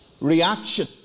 reaction